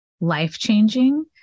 life-changing